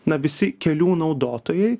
na visi kelių naudotojai